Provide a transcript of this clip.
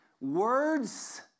Words